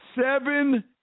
seven